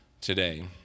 today